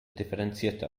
differenzierter